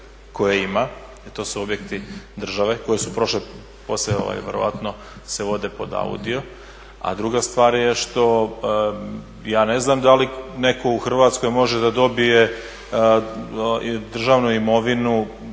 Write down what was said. koje ima jer to su objekti države koji se vjerojatno vode pod AUDI-o, a druga stvar je što ja ne znam da li netko u Hrvatskoj može dobiti državnu imovinu